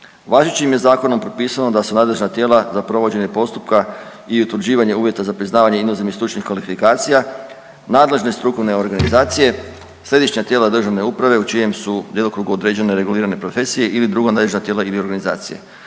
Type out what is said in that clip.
Važećim je zakonom propisano da se u nadležna tijela za provođenje postupka i utvrđivanje uvjeta za priznavanje inozemnih stručnih kvalifikacija nadležne strukovne organizacije, središnja tijela državne uprave u čijem su djelokrugu određene regulirane profesije ili druga nadležna tijela ili organizacije.